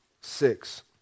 six